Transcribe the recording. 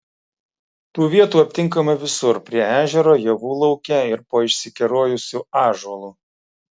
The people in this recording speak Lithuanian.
tų vietų aptinkama visur prie ežero javų lauke ir po išsikerojusiu ąžuolu